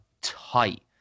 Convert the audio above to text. tight